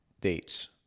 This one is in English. Dates